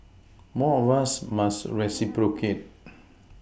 more of us must reciprocate